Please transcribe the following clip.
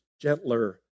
gentler